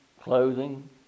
clothing